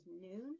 noon